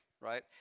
right